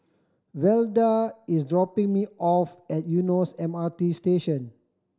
Velda is dropping me off at Eunos M R T Station